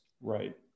Right